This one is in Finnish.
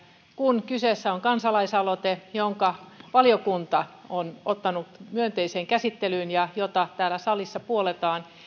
kun kyseessä on kansalaisaloite jonka valiokunta on ottanut myönteiseen käsittelyyn ja jota täällä salissa puolletaan